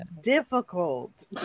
difficult